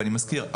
ואני מזכיר,